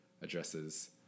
addresses